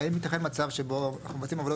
האם יתכן מצב שבו אנחנו מבצעים עבודות